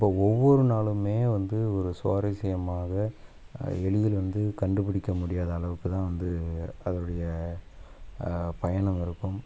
அப்போ ஒவ்வொரு நாளுமே வந்து ஒரு சுவாரசியமாக எளிதில் வந்து கண்டுபிடிக்க முடியாத அளவுக்கு தான் வந்து அதனுடைய பயணம் இருக்கும்